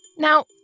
Now